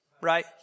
Right